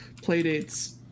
playdates